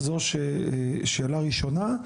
זו שאלה ראשונה.